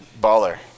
Baller